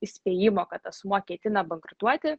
įspėjimo kad asmuo ketina bankrutuoti